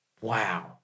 wow